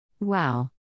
Wow